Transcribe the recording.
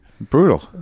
brutal